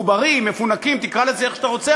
מחוברים, מפונקים, תקרא לזה איך שאתה רוצה.